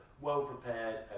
well-prepared